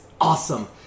Awesome